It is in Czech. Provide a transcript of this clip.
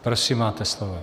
Prosím, máte slovo.